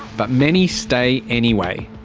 but many stay anyway.